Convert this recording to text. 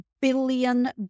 billion